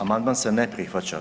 Amandman se ne prihvaća.